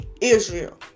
Israel